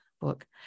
book